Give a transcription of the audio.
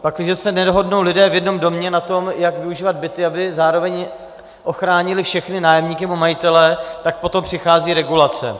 Pakliže se nedohodnou lidé v jednom domě na tom, jak využívat byty, aby zároveň ochránili všechny nájemníky nebo majitele, tak potom přichází regulace.